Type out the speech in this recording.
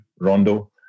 Rondo